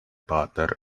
butter